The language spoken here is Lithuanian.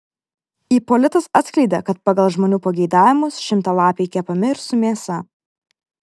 ipolitas atskleidė kad pagal žmonių pageidavimus šimtalapiai kepami ir su mėsa